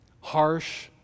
Harsh